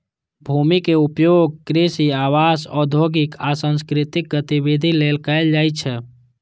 भूमिक उपयोग कृषि, आवास, औद्योगिक आ सांस्कृतिक गतिविधि लेल कैल जाइ छै